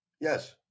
Yes